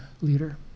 leader